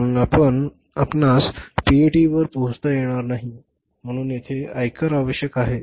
म्हणून आपणास पीएटी वर पोहोचता येणार नाही म्हणून तेथे आयकर आवश्यक आहे